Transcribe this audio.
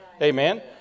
Amen